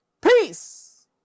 peace